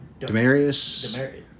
Demarius